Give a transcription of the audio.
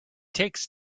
takes